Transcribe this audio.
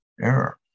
error